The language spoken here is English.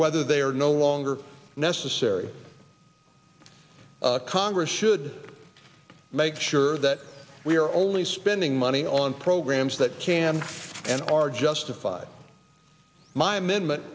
whether they are no longer necessary congress should make sure that we are only spending money on programs that can and are justified my